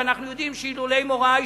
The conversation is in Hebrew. ואנחנו יודעים שאלמלא מוראה,